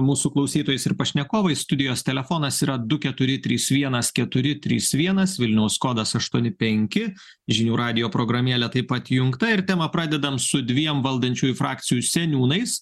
mūsų klausytojais ir pašnekovais studijos telefonas yra du keturi trys vienas keturi trys vienas vilniaus kodas aštuoni penki žinių radijo programėle taip pat įjungta ir temą pradedam su dviem valdančiųjų frakcijų seniūnais